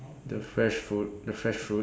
the fresh food the fresh fruit